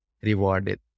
rewarded